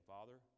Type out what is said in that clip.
Father